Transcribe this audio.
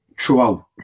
throughout